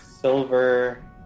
Silver